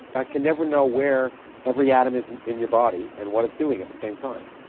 i can never know where every atom is and in your body and what it's doing at the same time,